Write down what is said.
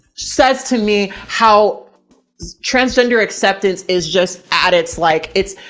says to me how transgender acceptance is just at, it's like it's,